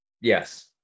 Yes